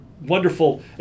wonderful